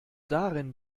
darin